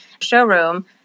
showroom